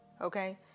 okay